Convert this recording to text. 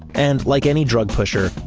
and like any drug pusher,